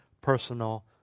personal